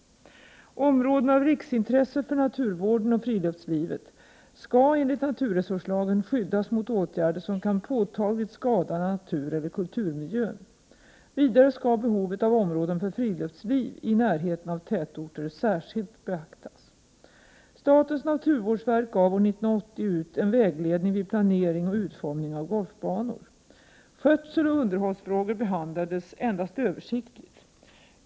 Områden av riksintresse för naturvården och friluftslivet skall enligt naturresurslagen skyddas mot åtgärder som kan påtagligt skada natureller kulturmiljön. Vidare skall behovet av områden för friluftsliv i närheten av tätorter särskilt beaktas. Statens naturvårdsverk gav år 1980 ut en vägledning vid planering och utformning av golfbanor. Skötseloch underhållsfrågor behandlades endast översiktligt.